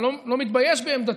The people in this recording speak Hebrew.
אני לא מתבייש בעמדתי,